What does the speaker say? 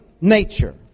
nature